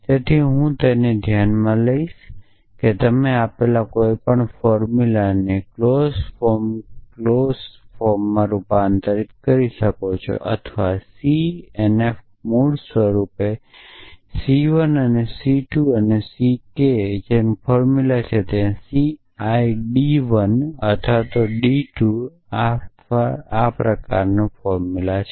તેથી હું તેને ધ્યાનમાં લઈશ કે તમે આપેલ કોઈપણ ફોર્મ્યુલાને ક્લોઝ ફોર્મ ક્લોઝ ફોર્મમાં રૂપાંતરિત કરી શકો છો અથવા cnf મૂળ રૂપે C 1 અને C 2 અને C k નું ફોર્મ્યુલા છે જ્યાં દરેક Ci એ d1 અથવા d 2 અથવા d r ફોર્મનો છે